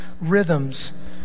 rhythms